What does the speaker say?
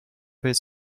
pays